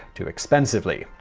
too expensively.